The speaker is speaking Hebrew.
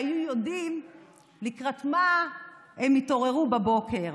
והיו יודעים לקראת מה הם יתעוררו בבוקר.